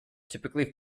typically